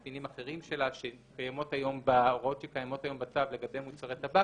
שלה שקיימות היום בהוראות שקיימות היום בצו לגבי מוצרי טבק,